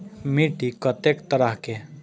मिट्टी कतेक तरह के?